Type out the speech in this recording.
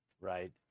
right